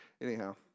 Anyhow